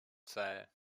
zwei